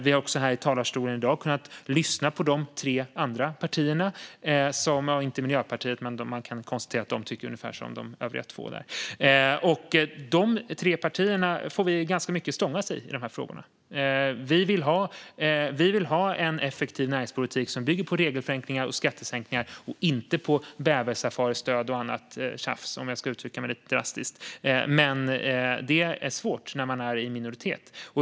Vi har här i dag kunnat lyssna på de tre andra partierna, som har fått stångas ganska mycket i dessa frågor i talarstolen. Det gäller inte Miljöpartiet, men man kan konstatera att de tycker ungefär som de övriga två. Vi vill ha en effektiv näringspolitik som bygger på regelförenklingar och skattesänkningar, inte på bäversafaristöd och annat tjafs om jag ska uttrycka mig lite drastiskt. Men det är svårt när man är i minoritet.